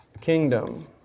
kingdom